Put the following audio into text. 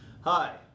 Hi